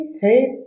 hey